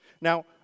Now